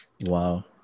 wow